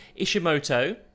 Ishimoto